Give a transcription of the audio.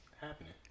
happening